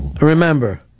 Remember